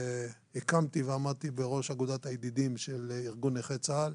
הקמתי ועמדתי בראש אגודת הידידים של ארגון נכי צה"ל,